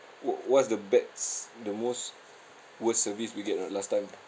what what's the bad s~ the most worst service we get or not last time